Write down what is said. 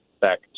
back